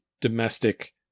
domestic